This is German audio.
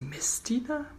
messdiener